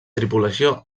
tripulació